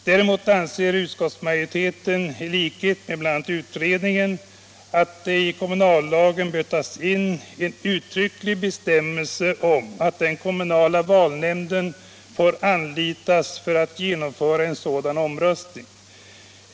Däremot anser utskottsmajoriteten — i likhet med bl.a. utredningen —- att det i kommunallagen bör tas in en uttrycklig bestämmelse om att den kommunala valnämnden får anlitas för att genomföra en sådan omröstning.